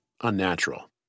unnatural